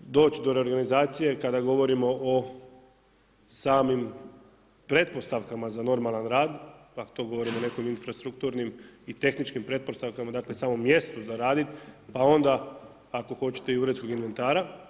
doći do reorganizacije kada govorimo o samim pretpostavkama za normalni rad, … govorimo o nekim infrastrukturnim i tehničkim pretpostavkama, dakle samom mjestu za radit, a onda ako hoćete i uredskog inventara.